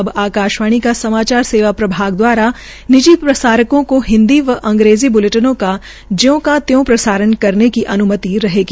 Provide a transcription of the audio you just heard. अब आकाशवाणी के समाचार सेवा प्रभाग द्वारा निजी प्रसारणों को हिन्दी व अंग्रेजी ब्लेटिनों का ज्यों का त्यों प्रसारण करने की अन्मति रहेगी